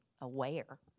aware